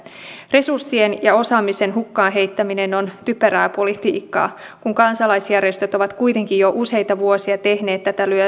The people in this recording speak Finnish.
resurssien ja osaamisen hukkaan heittäminen on typerää politiikkaa kun kansalaisjärjestöt ovat kuitenkin jo useita vuosia tehneet tätä